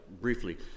briefly